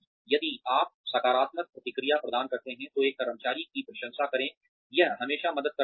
यदि आप सकारात्मक प्रतिक्रिया प्रदान करते हैं तो एक कर्मचारी की प्रशंसा करें यह हमेशा मदद करता है